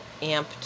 amped